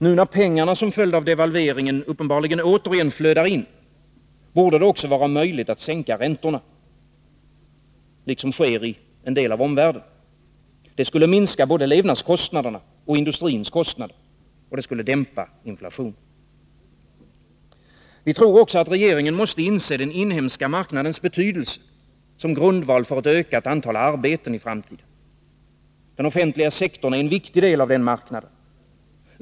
Nu när pengarna som följd av devalveringen uppenbarligen åter flödar in, borde det också vara möjligt att sänka räntorna, så som sker i en del av omvärlden. Och det skulle minska både levnadskostnaderna och industrins kostnader. Och det skulle dämpa inflationen. Vi tror också att regeringen måste inse den inhemska marknadens betydelse som grundval för ett ökat antal arbeten i framtiden. Den offentliga sektorn är en viktig del av den marknaden.